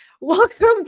Welcome